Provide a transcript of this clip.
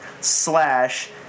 slash